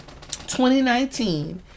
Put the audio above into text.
2019